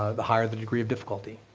ah the higher the degree of difficulty.